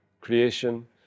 creation